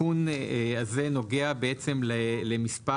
התיקון הזה נוגע למספר